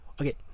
okay